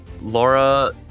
Laura